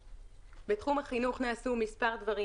בתחום החינוך נעשו מספר דברים.